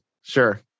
sure